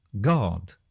God